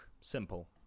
simple